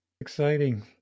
Exciting